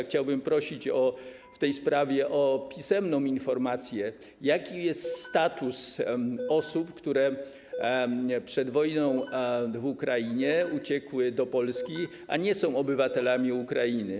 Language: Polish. Chciałbym prosić w tej sprawie o pisemną informację, jaki jest status osób, które przed wojną w Ukrainie uciekły do Polski, a nie są obywatelami Ukrainy.